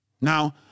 Now